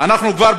אנחנו כבר ב-2016,